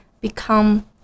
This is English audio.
become